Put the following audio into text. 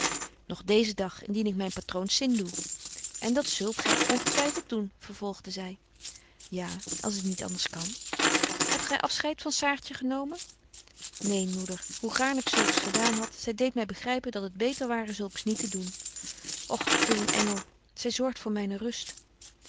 nog deezen dag indien ik myn patroons zin doe en dat zult gy ongetwyffelt doen vervolgde zy ja als het niet anders kan hebt gy afscheid van saartje genomen neen moeder hoe gaarn ik zulks gedaan had zy deedt my begrypen dat het beter ware zulks niet te doen och het is een engel zy zorgt voor myne rust